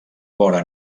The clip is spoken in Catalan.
vora